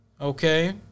Okay